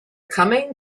coming